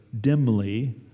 dimly